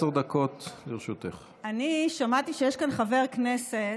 אני שמעתי שיש כאן חבר כנסת,